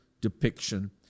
depiction